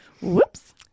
Whoops